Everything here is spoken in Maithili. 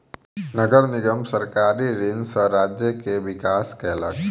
नगर निगम सरकारी ऋण सॅ राज्य के विकास केलक